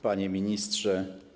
Panie Ministrze!